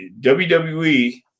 WWE